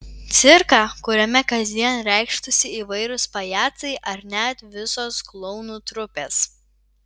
cirką kuriame kasdien reikštųsi įvairūs pajacai ar net visos klounų trupės